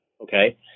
Okay